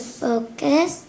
focus